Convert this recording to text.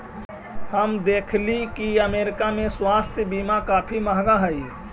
हम देखली की अमरीका में स्वास्थ्य बीमा काफी महंगा हई